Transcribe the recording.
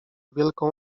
wielką